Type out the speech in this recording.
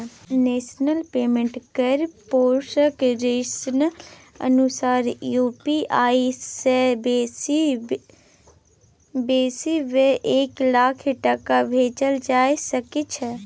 national payment कारपोरेशनक अनुसार UPI सँ बेसी सँ बेसी एक लाख टका भेजल जा सकै छै